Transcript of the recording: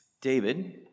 David